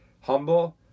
humble